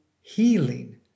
healing